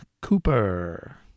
Cooper